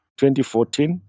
2014